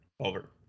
Over